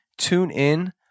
TuneIn